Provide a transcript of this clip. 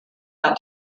out